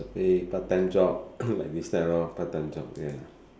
eh part time job like this type lor part time job ya